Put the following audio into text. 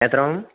എത്രയാകും